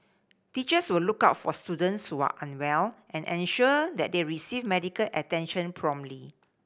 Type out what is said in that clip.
teachers will look out for students are unwell and ensure that they receive medical attention promptly